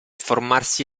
formarsi